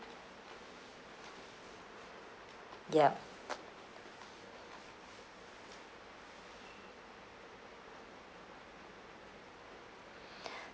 yup